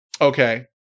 Okay